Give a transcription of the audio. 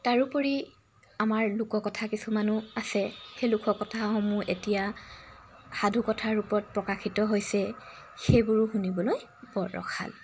তাৰোপৰি আমাৰ লোককথা কিছুমানো আছে সেই লোককথাসমূহ এতিয়া সাধুকথা ৰূপত প্ৰকাশিত হৈছে সেইবোৰো শুনিবলৈ বৰ ৰসাল